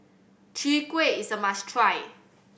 Chwee Kueh is a must try